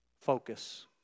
Focus